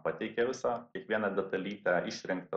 pateikė visą kiekvieną detalytę išrinktą